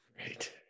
Right